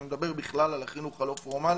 אני מדבר בכלל על החינוך הלא פורמלי,